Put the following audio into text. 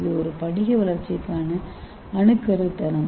இது ஒரு படிக வளர்ச்சிக்கான அணுக்கருதளம்